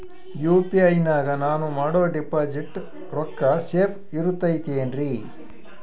UPI ನಾಗ ನಾನು ಮಾಡೋ ಡಿಪಾಸಿಟ್ ರೊಕ್ಕ ಸೇಫ್ ಇರುತೈತೇನ್ರಿ?